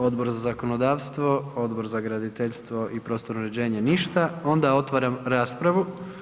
Odbor za zakonodavstvo, Odbor za graditeljstvo i prostorno uređenje ništa, onda otvaram raspravu.